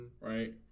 right